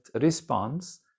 response